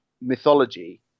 mythology